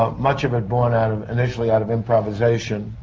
um much of it borne out of. initially out of improvisation,